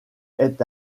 est